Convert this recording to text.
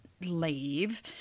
leave